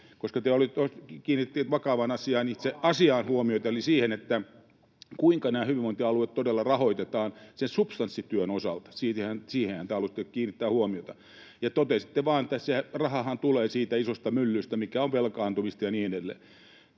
koska te kiinnititte vakavaan asiaan, tähän itse asiaan, huomiota eli siihen, kuinka nämä hyvinvointialueet todella rahoitetaan sen substanssityön osalta. Siihenhän te halusitte kiinnittää huomiota ja totesitte vain, että rahahan tulee siitä isosta myllystä, mikä on velkaantumista, ja niin edelleen.